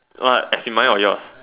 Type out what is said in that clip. what as mine or yours